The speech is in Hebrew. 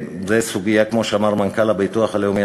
כמו שאמר מנכ"ל הביטוח הלאומי,